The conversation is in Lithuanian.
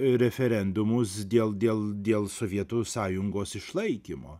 referendumus dėl dėl dėl sovietų sąjungos išlaikymo